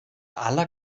aller